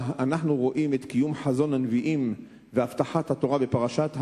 שבה אנחנו רואים את קיום חזון הנביאים והבטחת התורה בפרשת האזינו,